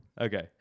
Okay